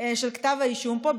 של כתב האישום פה.